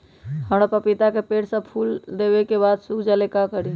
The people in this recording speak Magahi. हमरा पतिता के पेड़ सब फुल देबे के बाद सुख जाले का करी?